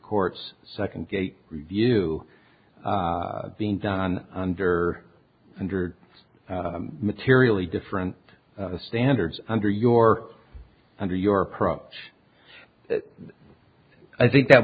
courts second gate review being done under under materially different standards under your under your approach i think that